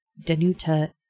Danuta